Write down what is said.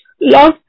love